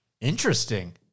interesting